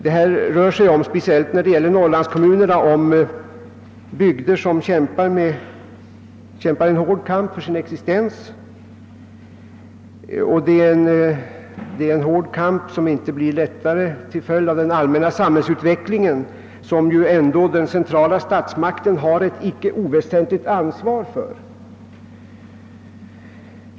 Det rör sig — särskilt när det gäller Norrlandskommunerna — om bygder som kämpar en hård kamp för sin existens, en kamp som inte blir lättare till följd av den allmänna samhällsutvecklingen, som den centrala statsmakten ändå har ett icke oväsentligt ansvar för.